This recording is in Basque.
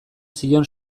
zion